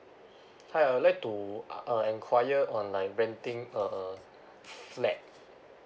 hi I would like to uh enquire on my renting uh uh flat